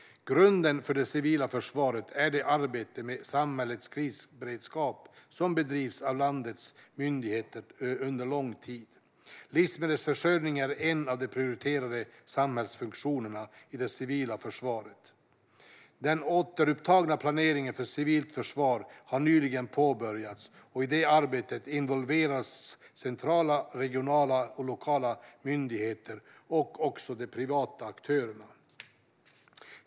Grunden för det civila försvaret är det arbete med samhällets krisberedskap som bedrivits av landets myndigheter under lång tid. Livsmedelsförsörjning är en av de prioriterade samhällsfunktionerna i det civila försvaret. Den återupptagna planeringen för civilt försvar har nyligen påbörjats, och i det arbetet involveras centrala, regionala och lokala myndigheter och också de privata aktörerna.